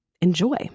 enjoy